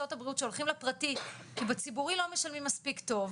במקצועות הבריאות שהולכים לפרטי כי בציבורי לא משלמים מספיק טוב,